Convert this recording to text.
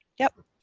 yep